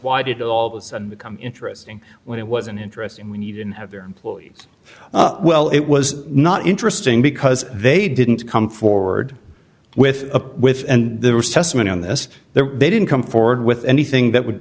why did all the sudden become interesting when it was an interesting when you didn't have your employee well it was not interesting because they didn't come forward with a with and there was testimony on this there they didn't come forward with anything that would